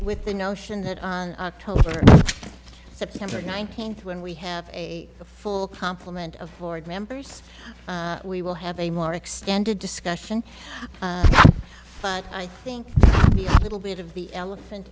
with the notion that on october september nineteenth when we have a full complement of board members we will have a more extended discussion but i think the little bit of the elephant